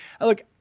look